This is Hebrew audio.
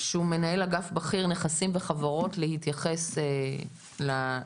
מנהל אגף בכיר נכסים וחברות, להתייחס לדיון.